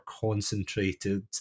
concentrated